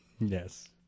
Yes